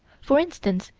for instance,